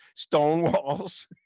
Stonewalls